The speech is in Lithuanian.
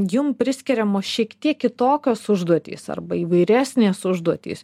jum priskiriamos šiek tiek kitokios užduotys arba įvairesnės užduotys